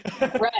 Right